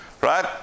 right